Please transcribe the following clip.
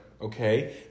okay